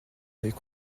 avait